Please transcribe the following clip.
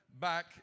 back